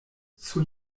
sur